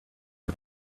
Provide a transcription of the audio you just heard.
get